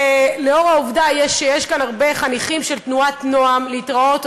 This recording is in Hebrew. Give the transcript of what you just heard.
ולאור העובדה שיש כאן הרבה חניכים של תנועת נוע"ם להתראות,